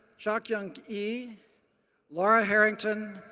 hyokyoung yi, laura harrington,